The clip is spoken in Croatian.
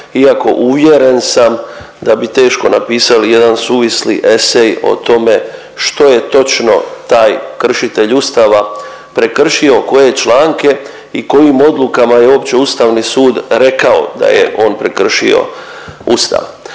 iako uvjeren sam da bi teško napisali jedan suvisli esej o tome što je točno taj kršitelj ustava prekršio, koje članke i kojim odlukama je uopće ustavni sud rekao da je on prekršio ustav.